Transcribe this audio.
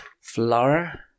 flour